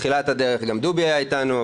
בתחילת הדרך גם דובי היה אתנו,